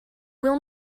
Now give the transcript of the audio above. will